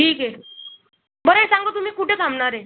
ठीक आहे बरं हे सांगा तुम्ही कुठे थांबणार आहे